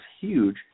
huge